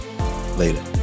Later